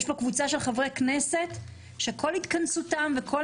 יש פה קבוצה של חברי כנסת שכל התכנסותם וכל